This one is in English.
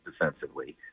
defensively